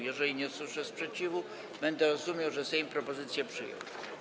Jeżeli nie usłyszę sprzeciwu, będę rozumiał, że Sejm propozycję przyjął.